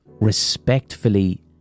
respectfully